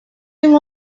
you